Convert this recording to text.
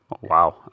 wow